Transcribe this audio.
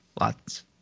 Lots